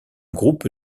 groupe